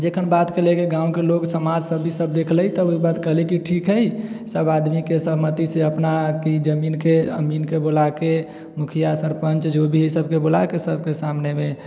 जखन बातके लैके गामके लोकसब समाज सब ई सब देखलै तऽ ई बात बोललै की ठीक है सब आदमीके सहमतिसँ अपना की जमीनके अमीनके बुलाके मुखिया सरपञ्च जे भी सबके बुलाके सबके सामनेमे